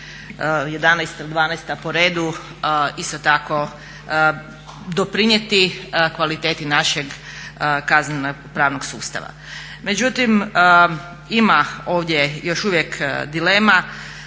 11 ili 12 po redu isto tako doprinijeti kvaliteti našeg kazneno-pravnog sustava. Međutim, ima ovdje još uvijek dilema.